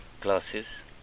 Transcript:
classes